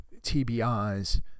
tbis